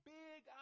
big